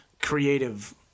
creative